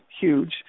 huge